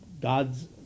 God's